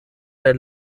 der